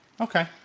Okay